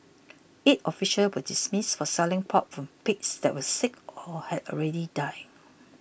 eight officials were dismissed for selling pork from pigs that were sick or had already died